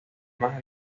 más